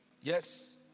Yes